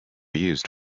used